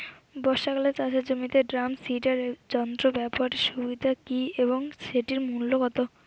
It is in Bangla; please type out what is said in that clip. বর্ষাকালে চাষের জমিতে ড্রাম সিডার যন্ত্র ব্যবহারের সুবিধা কী এবং সেটির মূল্য কত?